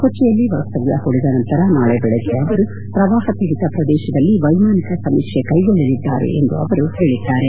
ಕೊಚ್ಚಿಯಲ್ಲಿ ವಾಸ್ತವ್ಯ ಹೂಡಿದ ನಂತರ ನಾಳೆ ಬೆಳಗ್ಗೆ ಅವರು ಪ್ರವಾಹಬೀಡಿತ ಪ್ರದೇಶದಲ್ಲಿ ವೈಮಾನಿಕ ಸಮೀಕ್ಷೆ ಕೈಗೊಳ್ಳಲಿದ್ದಾರೆ ಎಂದು ಅವರು ಹೇಳಿದ್ದಾರೆ